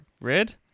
Red